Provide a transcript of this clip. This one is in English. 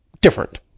different